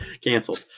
canceled